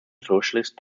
socialist